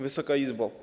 Wysoka Izbo!